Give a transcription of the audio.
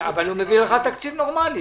אבל הוא מביא לך תקציב נורמאלי.